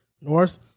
north